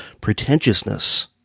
pretentiousness